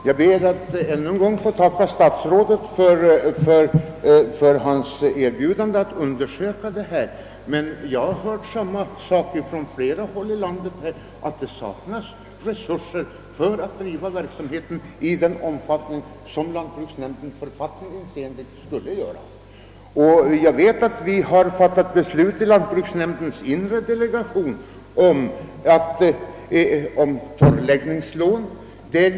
Herr talman! Jag ber att ännu en gång få tacka statsrådet för hans erbjudande att undersöka dessa förhållanden, men jag har från flera håll i landet hört sägas att lantbruksnämnderna saknar resurser för att driva verksamheten i den omfattning som de författningsenligt skall göra. Jag vet att vi i lantbruksnämndens inre delegation fattat beslut om torrläggningslån.